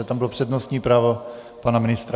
Tam bylo přednostní právo pana ministra.